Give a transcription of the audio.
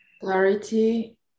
Clarity